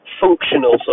functional